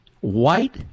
white